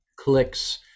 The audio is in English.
clicks